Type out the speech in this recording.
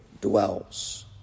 dwells